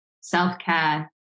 self-care